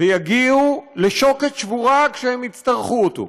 והם יגיעו לשוקת שבורה כשהם יצטרכו אותו.